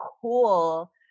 cool